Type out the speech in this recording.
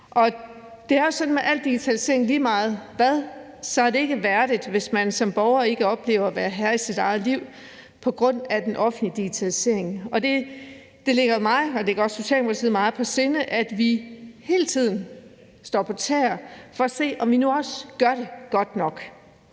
Det er jo sådan med al digitalisering, at lige meget hvad er det ikke værdigt, hvis man som borger ikke oplever at være herre i sit eget liv på grund af den offentlige digitalisering, og det ligger mig, og det ligger også Socialdemokratiet meget på sinde, at vi hele tiden står på tæer for at se, om vi nu også gør det godt nok.